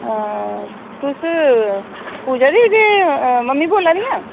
हां तुस पूजा जी दे मम्मी बोल्ला दी आं